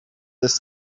this